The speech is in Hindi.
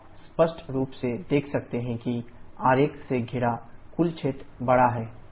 आप स्पष्ट रूप से देख सकते हैं कि आरेख से घिरा कुल क्षेत्र बड़ा है